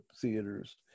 theaters